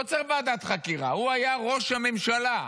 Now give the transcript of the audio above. לא צריך ועדת חקירה, הוא היה ראש הממשלה.